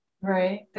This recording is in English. right